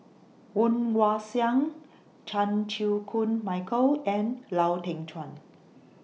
Woon Wah Siang Chan Chew Koon Michael and Lau Teng Chuan